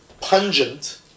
pungent